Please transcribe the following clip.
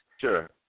Sure